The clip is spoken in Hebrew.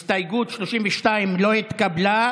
הסתייגות 32 לא התקבלה.